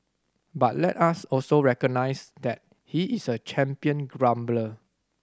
but let us also recognise that he is a champion grumbler